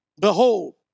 behold